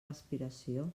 respiració